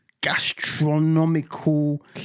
gastronomical